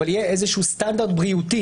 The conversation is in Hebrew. אבל יהיה איזשהו סטנדרט בריאותי,